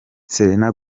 selena